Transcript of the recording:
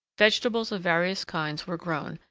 vegetables of various kinds were grown,